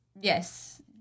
Yes